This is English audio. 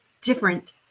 different